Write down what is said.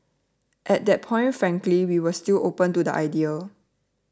at that point frankly we were still open to the idea